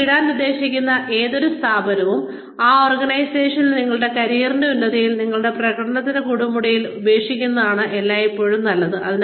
നിങ്ങൾ വിടാൻ ഉദ്ദേശിക്കുന്ന ഏതൊരു സ്ഥാപനവും ആ ഓർഗനൈസേഷനിൽ നിങ്ങളുടെ കരിയറിന്റെ ഉന്നതിയിൽ നിങ്ങളുടെ പ്രകടനത്തിന്റെ കൊടുമുടിയിൽ ഉപേക്ഷിക്കുന്നതാണ് എല്ലായ്പ്പോഴും നല്ലത്